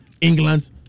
England